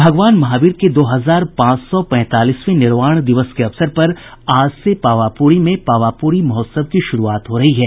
भगवान महावीर के दो हजार पांच सौ पैंतालीसवें में निर्वाण दिवस के अवसर पर आज से पावापुरी में पावापुरी महोत्सव की शुरूआत हो रही है